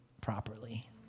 properly